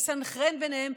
תסנכרן ביניהם,